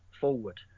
forward